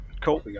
Cool